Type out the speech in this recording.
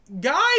guys